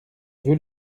veux